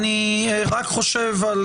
אני רק חושב על